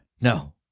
no